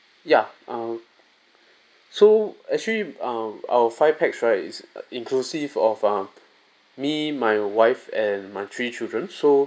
ya uh so actually um our five pax right it's inclusive of uh me my wife and my three children so